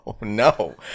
No